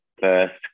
first